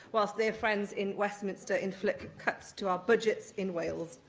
whilst their friends in westminster inflict cuts to our budgets in wales.